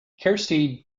kirsty